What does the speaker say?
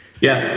Yes